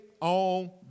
on